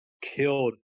killed